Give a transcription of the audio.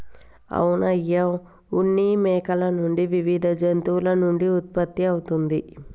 అవును అయ్య ఉన్ని మేకల నుండి వివిధ జంతువుల నుండి ఉత్పత్తి అవుతుంది